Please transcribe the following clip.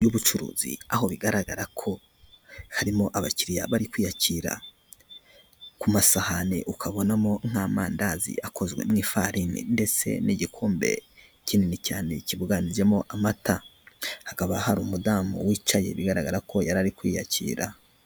Inzu y'ubucuruzi, aho bigaragara ko harimo abakiriya bari kwiyakira, ku masahani ukabonamo nk'amandazi akozwe mu ifarine, ndetse n'igikombe kinini cyane kibuganijemo amata, hakaba hari umudamu wicaye bigaragara ko yari ari kwiyakira.